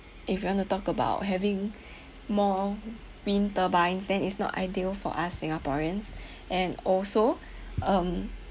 if you want to talk about having more wind turbine then is not ideal for us singaporeans and also um